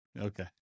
Okay